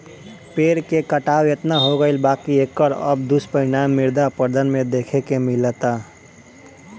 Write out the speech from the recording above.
पेड़ के कटाव एतना हो गईल बा की एकर अब दुष्परिणाम मृदा अपरदन में देखे के मिलता